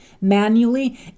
manually